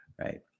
Right